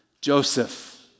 Joseph